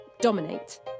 dominate